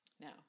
now